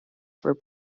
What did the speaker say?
for